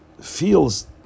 feels